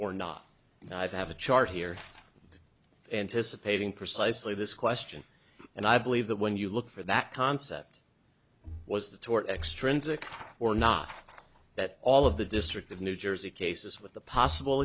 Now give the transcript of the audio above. or not and i have a chart here anticipating precisely this question and i believe that when you look for that concept was the tort extrinsic or not that all of the district of new jersey cases with the possible